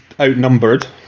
outnumbered